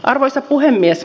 arvoisa puhemies